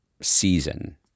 season